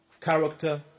character